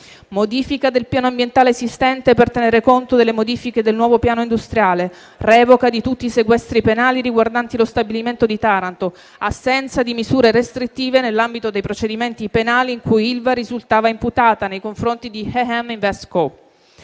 modifica del piano ambientale esistente per tenere conto delle modifiche del nuovo piano industriale; revoca di tutti i sequestri penali riguardanti lo stabilimento di Taranto; assenza di misure restrittive nell'ambito dei procedimenti penali in cui ILVA risultava imputata nei confronti di AM InvestCo.